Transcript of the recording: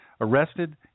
Arrested